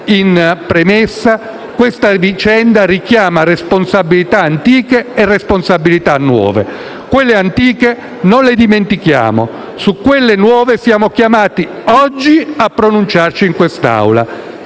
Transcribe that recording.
in premessa, questa vicenda richiama responsabilità antiche e responsabilità nuove. Quelle antiche non le dimentichiamo. Su quelle nuove siamo chiamati oggi a pronunciarci in quest'Aula,